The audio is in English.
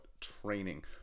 training